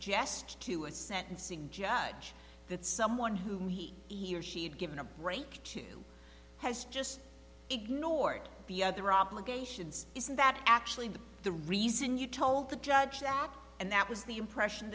t to a sentencing judge that someone whom he or she had given a break to has just ignored their obligations is that actually the reason you told the judge that and that was the impression